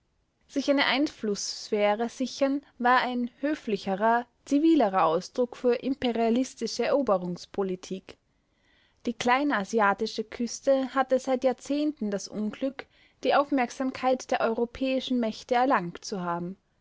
sich eine einflußsphäre sichern war ein höflicherer zivilerer ausdruck für imperialistische eroberungspolitik die kleinasiatische küste hatte seit jahrzehnten das unglück die aufmerksamkeit der europäischen mächte erlangt zu haben